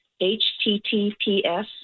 HTTPS